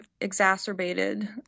exacerbated